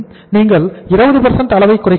நீங்கள் 20 அளவை குறைக்கிறீர்கள்